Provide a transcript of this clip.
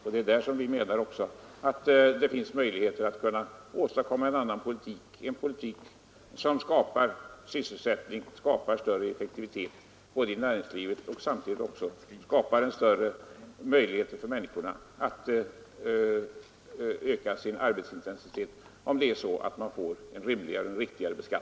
Vi menar att det går att åstadkomma en annan politik, en politik med rimligare och riktigare beskattning, som skapar sysselsättning och större effektivitet i näringslivet och som samtidigt öppnar möjligheter för människorna att öka sin arbetsintensitet.